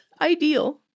Ideal